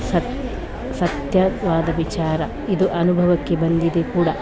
ಸತ್ಯ ಸತ್ಯವಾದ ವಿಚಾರ ಇದು ಅನುಭವಕ್ಕೆ ಬಂದಿದೆ ಕೂಡ